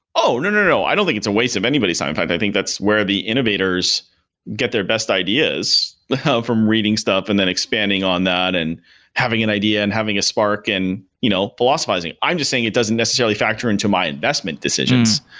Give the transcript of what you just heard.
oh, no. i don't think it's a waste of anybody's i think that's where the innovators get their best ideas from reading stuff and then expanding on that and having an idea and having a spark and you know philosophizing. i'm just saying it doesn't necessarily factor into my investment decisions.